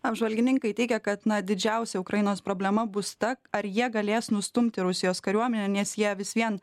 apžvalgininkai teigia kad na didžiausia ukrainos problema bus ta ar jie galės nustumti rusijos kariuomenę nes jie vis vien